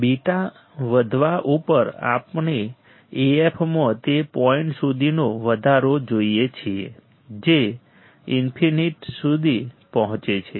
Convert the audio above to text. β વધવા ઉપર આપણે Af માં તે પોઇન્ટ સુધીનો વધારો જોઈએ છીએ જે ઇન્ફનિટ સુધી પહોંચે છે